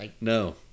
No